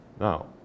Now